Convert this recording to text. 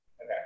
Okay